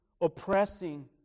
oppressing